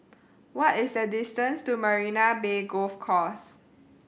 what is the distance to Marina Bay Golf Course